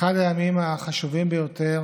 אחד הימים החשובים ביותר